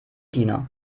diener